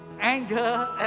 anger